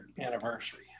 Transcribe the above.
anniversary